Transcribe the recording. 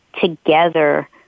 together